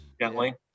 gently